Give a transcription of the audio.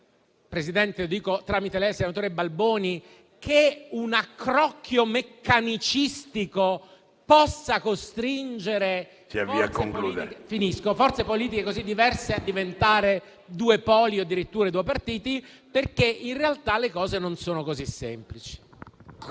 Balboni - fate attenzione a pensare che un accrocchio meccanicistico possa costringere forze politiche così diverse a diventare due poli o addirittura due partiti, perché in realtà le cose non sono così semplici.